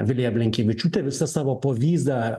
vilija blinkevičiūtė visa savo povyza